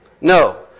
No